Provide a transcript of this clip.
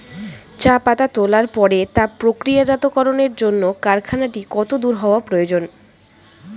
চা পাতা তোলার পরে তা প্রক্রিয়াজাতকরণের জন্য কারখানাটি কত দূর হওয়ার প্রয়োজন?